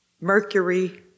Mercury